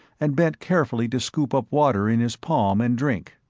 and bent carefully to scoop up water in his palm and drink.